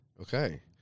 Okay